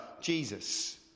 Jesus